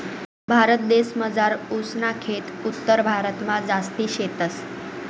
भारतदेसमझार ऊस ना खेत उत्तरभारतमा जास्ती शेतस